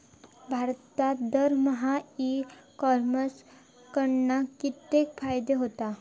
भारतात दरमहा e commerce कडणा कितको फायदो होता?